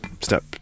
step